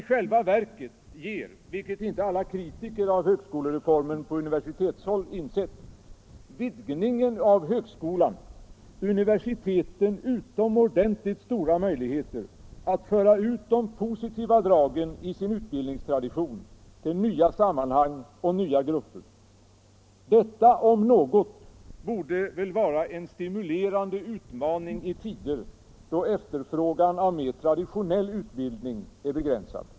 I själva verket ger — vilket inte alla kritiker av högskolereformen på universitetshåll insett — vidgningen av högskolan universiteten utomordentligt stora möjligheter att föra ut de positiva dragen i sin utbildningstradition till nya sammanhang och grupper. Detta om något borde väl vara en stimulerande utmaning i tider då efterfrågan av mer traditionell utbildning är mer begränsad.